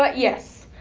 but yes.